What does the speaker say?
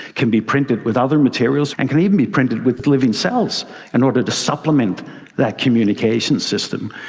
can be printed with other materials, and can even be printed with living cells in order to supplement that communication system.